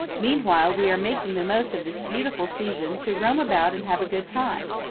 meanwhile we are making the most of this beautiful season to roam about and have a good time.